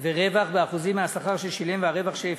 ורווח באחוזים מהשכר ששילם והרווח שהפיק,